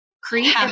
create